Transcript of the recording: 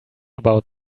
about